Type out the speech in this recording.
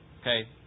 Okay